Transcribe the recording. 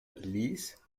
lies